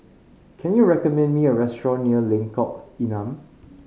can you recommend me a restaurant near Lengkong Enam